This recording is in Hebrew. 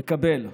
יקבל.